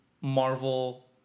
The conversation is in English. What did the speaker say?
Marvel